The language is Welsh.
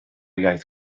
iaith